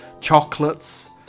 Chocolates